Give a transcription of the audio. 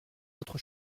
votre